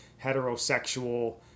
heterosexual